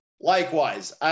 Likewise